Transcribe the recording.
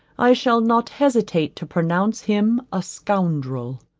i shall not hesitate to pronounce him a scoundrel.